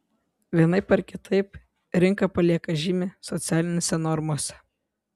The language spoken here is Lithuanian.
vienaip ar kitaip rinka palieka žymę socialinėse normose